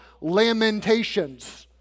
Lamentations